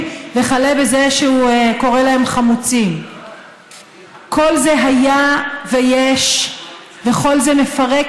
וכלה בזה שהוא קורא להם חמוצים כל זה היה ויש וכל זה מפרק